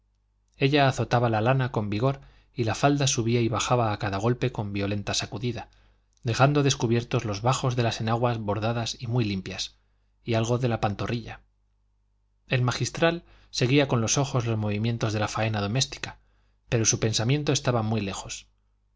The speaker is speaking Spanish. ella azotaba la lana con vigor y la falda subía y bajaba a cada golpe con violenta sacudida dejando descubiertos los bajos de las enaguas bordadas y muy limpias y algo de la pantorrilla el magistral seguía con los ojos los movimientos de la faena doméstica pero su pensamiento estaba muy lejos